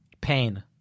Pain